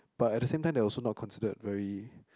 but at the same time they are also not considered very